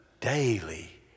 daily